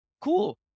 Cool